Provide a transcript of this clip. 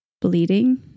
bleeding